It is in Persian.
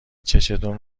چشتون